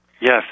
Yes